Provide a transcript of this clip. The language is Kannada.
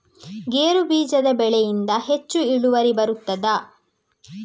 ಗೇರು ಬೀಜದ ಬೆಳೆಯಿಂದ ಹೆಚ್ಚು ಇಳುವರಿ ಬರುತ್ತದಾ?